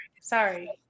Sorry